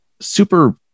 super